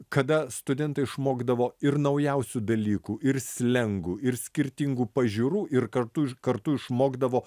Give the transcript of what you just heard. kada studentai išmokdavo ir naujausių dalykų ir slengų ir skirtingų pažiūrų ir kartu iš kartu išmokdavo